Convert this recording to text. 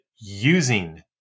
using